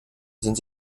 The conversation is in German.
sind